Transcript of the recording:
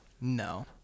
no